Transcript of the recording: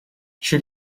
she